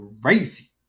crazy